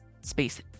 Space